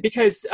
because